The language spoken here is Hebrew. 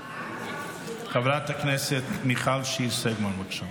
חברת הכנסת מיכל שיר סגמן, בבקשה.